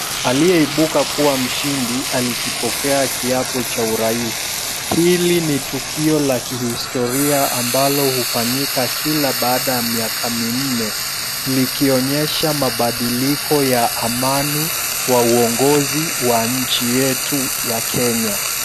Aliyeibuka kuwa mshindi alikipokea kiapo cha urais. Hili ni tukio la kihistoria ambalo hufanyika kila baada ya miaka minne likionyesha mabadiliko ya amani wa uongozi wa nchi yetu ya Kenya.